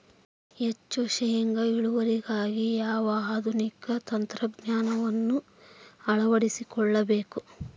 ಹೆಚ್ಚು ಶೇಂಗಾ ಇಳುವರಿಗಾಗಿ ಯಾವ ಆಧುನಿಕ ತಂತ್ರಜ್ಞಾನವನ್ನು ಅಳವಡಿಸಿಕೊಳ್ಳಬೇಕು?